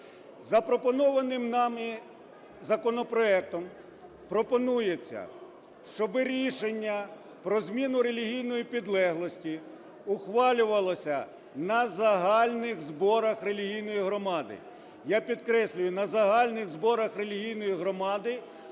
Запропонованим нами законопроектом пропонується, щоб рішення про зміну релігійної підлеглості ухвалювалося на загальних зборах релігійної громади, я підкреслюю, на загальних зборах релігійної громади,